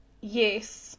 Yes